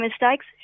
mistakes